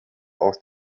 aus